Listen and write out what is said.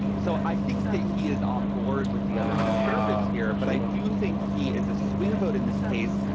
so i think that he is on board with the other conservatives here. but i do think he is a swing vote in this case,